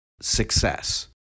success